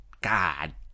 God